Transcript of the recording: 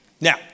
Now